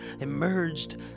emerged